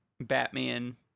batman